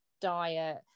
diet